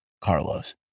Carlos